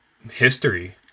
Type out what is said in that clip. history